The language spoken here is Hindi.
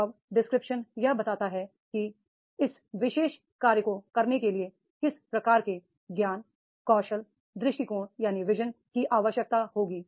जॉब डिस्क्रिप्शन यह बताता है कि इस विशेष कार्य को करने के लिए किस प्रकार के ज्ञान कौशल दृष्टिकोण की आवश्यकता होगी